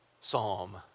psalm